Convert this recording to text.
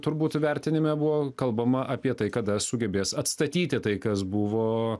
turbūt vertinime buvo kalbama apie tai kada sugebės atstatyti tai kas buvo